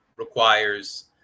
requires